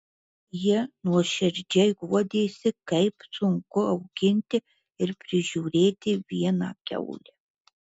jie nuoširdžiai guodėsi kaip sunku auginti ir prižiūrėti vieną kiaulę